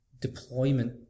deployment